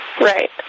Right